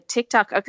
TikTok